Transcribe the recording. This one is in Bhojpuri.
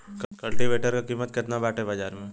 कल्टी वेटर क कीमत केतना बाटे बाजार में?